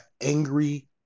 angry